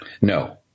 No